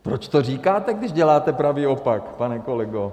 Proč to říkáte, když děláte pravý opak, pane kolego?